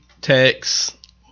text